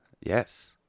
Yes